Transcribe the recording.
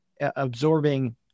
absorbing